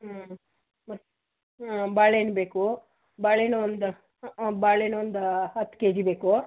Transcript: ಹ್ಞೂ ಮತ್ತು ಹ್ಞೂ ಬಾಳೆಹಣ್ ಬೇಕು ಬಾಳೆಹಣ್ ಒಂದು ಬಾಳೆಹಣ್ಣು ಒಂದು ಹತ್ತು ಕೆಜಿ ಬೇಕು